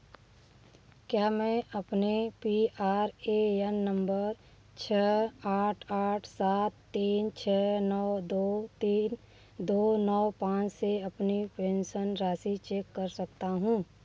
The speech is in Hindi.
क्या मैं अपने P R A N number छह आठ आठ सात तीन छः नौ दो तीन दो नौ पाँच से अपनी पेंसन राशि चेक कर सकता हूँ